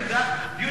יש, דיון אישי.